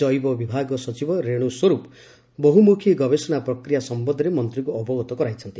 ଜୈବ ବିଭାଗ ସଚିବ ରେଣୁ ସ୍ୱର୍ପ ବହୁମୁଖୀ ଗବେଷଣା ପ୍ରକ୍ରିୟା ସମ୍ଭନ୍ଧରେ ମନ୍ତ୍ରୀଙ୍କୁ ଅବଗତ କରାଇଛନ୍ତି